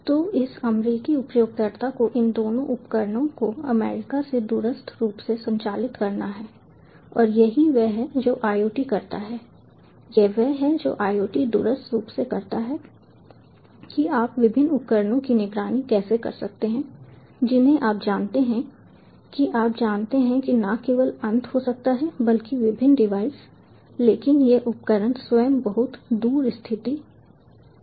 तो इस अमेरिकी उपयोगकर्ता को इन दोनों उपकरणों को अमेरिका से दूरस्थ रूप से संचालित करना है और यही वह है जो IoT करता है यह वह है जो IoT दूरस्थ रूप से करता है कि आप विभिन्न उपकरणों की निगरानी कैसे कर सकते हैं जिन्हें आप जानते हैं कि आप जानते हैं कि न केवल अंत हो सकता है बल्कि विभिन्न डिवाइस लेकिन ये उपकरण स्वयं बहुत दूर स्थित हो सकते हैं